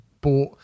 bought